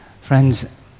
Friends